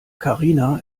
karina